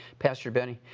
pastor benny,